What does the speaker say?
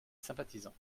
sympathisants